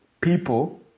People